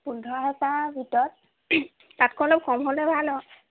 পোন্ধৰ হাজাৰৰ ভিতৰত তাতকৈ অলপ কম হ'লে ভাল আৰু